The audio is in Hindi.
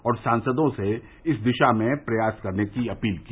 और सांसदों से इस दिशा में प्रयास करने की अपील की